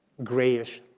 grayish,